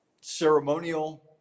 ceremonial